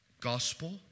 Gospel